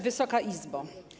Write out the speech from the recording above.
Wysoka Izbo!